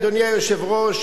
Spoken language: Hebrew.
אדוני היושב-ראש,